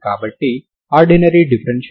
కాబట్టి ఇది 0 అవుతుంది